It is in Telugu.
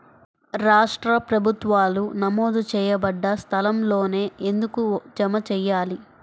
రాష్ట్ర ప్రభుత్వాలు నమోదు చేయబడ్డ సంస్థలలోనే ఎందుకు జమ చెయ్యాలి?